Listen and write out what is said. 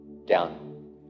down